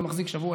זה מחזיק שבוע,